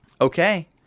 Okay